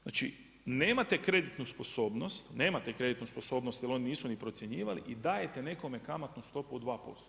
Znači nemate kreditnu sposobnost, nemate kreditnu sposobnost jer oni nisu ni procjenjivani i dajete nekome kamatnu stopu od 2%